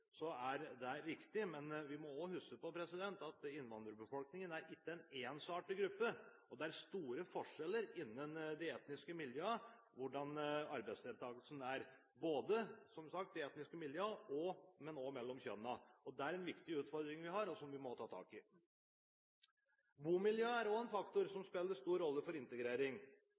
er det riktig, men vi må også huske på at innvandrerbefolkningen ikke er en ensartet gruppe. Det er store forskjeller innen de etniske miljøene når det gjelder arbeidsdeltakelsen – som sagt både i de etniske miljøene og mellom kjønnene. Der har vi en viktig utfordring som vi må ta tak i. Bomiljøet er også en faktor som spiller en stor rolle for integrering.